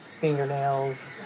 fingernails